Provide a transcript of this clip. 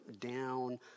down